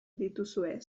dituzue